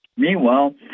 Meanwhile